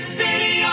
city